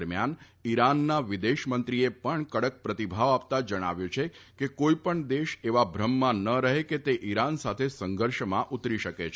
દરમિથાન ઈરાનના વિદેશમંત્રીએ પણ કડક પ્રતિભાવ આપતા જણાવ્યું છે કે કોઈપણ દેશ એવા ભ્રમમાં ન રફે કે તે ઈરાન સાથે સંઘર્ષમાં ઉતરી શકે છે